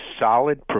solid